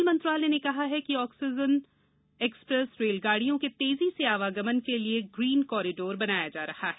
rail मंत्रालय ने कहा है कि ऑक्सीजन एक्सप्रेस रेलगाडियों के तेजी से आवागमन के लिए ग्रीन कॉरिडोर बनाए जा रहा हैं